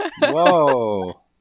Whoa